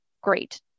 great